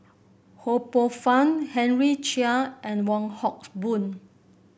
Ho Poh Fun Henry Chia and Wong Hock Boon